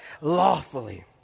Lawfully